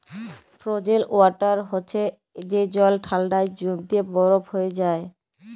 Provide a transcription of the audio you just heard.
frozen water হছে যে জল ঠাল্ডায় জইমে বরফ হঁয়ে যায়